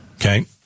Okay